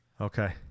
Okay